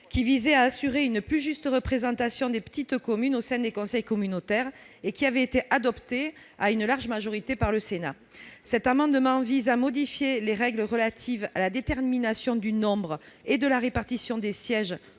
qui visait à assurer une plus juste représentation des petites communes au sein des conseils communautaires. Ce texte a été adopté à une large majorité par le Sénat. Le présent amendement vise à modifier les règles relatives à la détermination du nombre et de la répartition des sièges